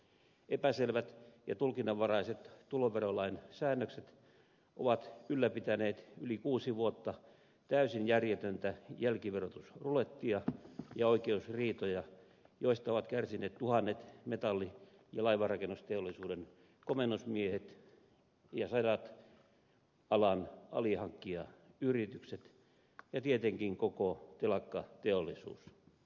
epäselvät ja tulkinnanvaraiset tuloverolain säännökset ovat ylläpitäneet yli kuusi vuotta täysin järjetöntä jälkiverotusrulettia ja oikeusriitoja joista ovat kärsineet tuhannet metalli ja laivanrakennusteollisuuden komennusmiehet ja sadat alan alihankkijayritykset ja tietenkin koko telakkateollisuus